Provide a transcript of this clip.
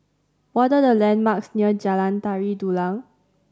what are the landmarks near Jalan Tari Dulang